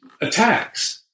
attacks